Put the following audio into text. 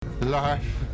life